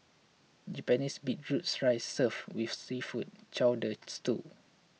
Japanese beetroots rice served with seafood chowder stew